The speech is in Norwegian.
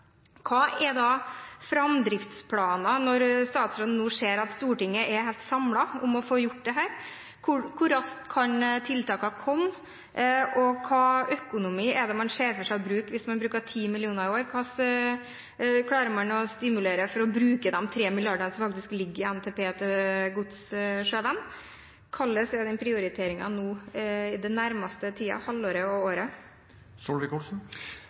Hva er framdriftsplanene når statsråden nå ser at Stortinget er samlet om å få gjort dette? Hvor raskt kan tiltakene komme, og hvilken økonomi er det man ser for seg å bruke hvis man bruker 10 mill. kr i år? Hvordan klarer man å stimulere for å bruke de 3 mrd. kr som faktisk ligger i NTP, til gods sjøveien? Hvordan er den prioriteringen nå den nærmeste tiden – det nærmeste halvåret og året?